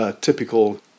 typical